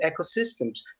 ecosystems